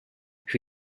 who